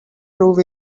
prove